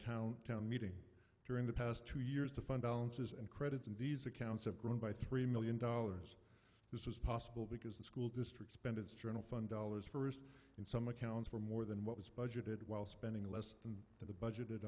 town town meeting during the past two years to fund balances and credits and these accounts have grown by three million dollars this was possible because the school district spent its journal fund dollars first in some accounts for more than what was budgeted while spending less than the budgeted